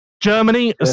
Germany